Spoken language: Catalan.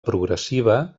progressiva